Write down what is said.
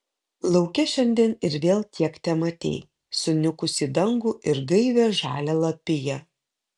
lauke šiandien ir vėl tiek tematei suniukusį dangų ir gaivią žalią lapiją